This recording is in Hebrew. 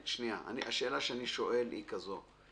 השאלה שאני שואל היא כזו.